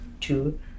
two